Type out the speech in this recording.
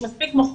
יש מספיק מוחות.